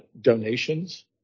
donations